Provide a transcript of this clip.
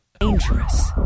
Dangerous